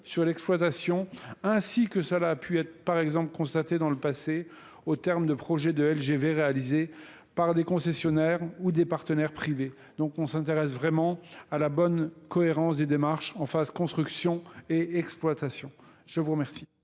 de l'exploitation ainsi que cela a pu être par exemple constatée dans le passé en termes de projets de G V réalisés par des concessionnaires ou des partenaires privés, donc on s'intéresse donc vraiment à la bonne cohérence des démarches en phase de construction et exploitation. Cher